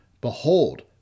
Behold